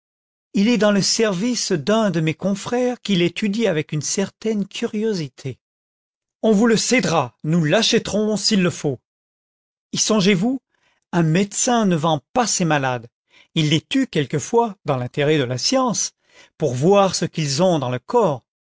il est dans le service d'un de mes confrères qui l'étudie avec une certaine curiosité on vous le cédera nous l'achèterons s'il le faut y songez-vous un médecin ne vend pas ses malades il les tue quelquefois dans l'intérêt de la science pour voir ce qu'ils ont dans le corps